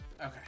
Okay